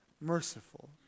merciful